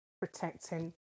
protecting